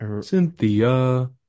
Cynthia